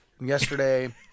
Yesterday